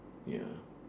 ya